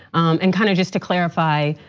and kinda just to clarify,